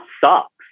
sucks